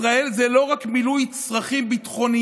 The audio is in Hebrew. ישראל זה לא רק מילוי צרכים ביטחוניים